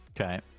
Okay